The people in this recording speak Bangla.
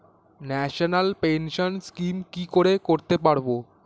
ন্যাশনাল পেনশন স্কিম কি করে করতে পারব?